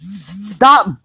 Stop